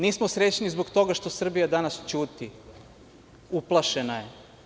Nismo srećni zbog toga što Srbija danas ćuti, uplašena je.